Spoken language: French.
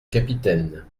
capitaine